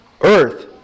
earth